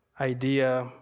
idea